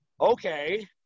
okay